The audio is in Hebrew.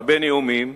הרבה נאומים,